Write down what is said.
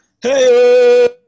Hey